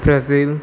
Brazil